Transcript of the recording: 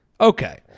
Okay